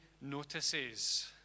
notices